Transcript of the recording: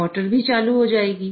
motor भी चालू हो जाएगी